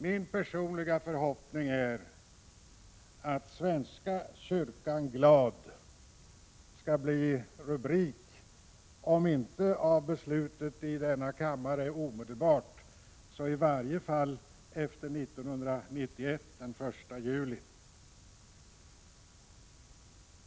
Min personliga förhoppning är att vi skall få rubriken ”Svenska kyrkan glad”, om inte omedelbart efter beslutet i denna kammare så i varje fall efter den 1 juli 1991.